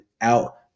out